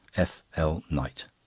f l. knight',